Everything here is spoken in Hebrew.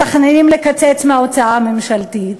מתכננים לקצץ מההוצאה הממשלתית.